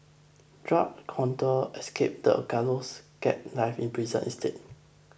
drug counter escapes the gallows gets life in prison instead